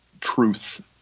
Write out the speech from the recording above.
truth